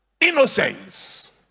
Innocence